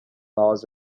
laws